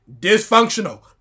dysfunctional